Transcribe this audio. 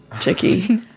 Chicky